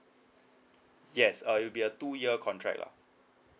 yes uh you'll be a two year contract lah